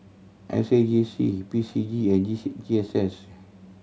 S A J C P C G and G C G S S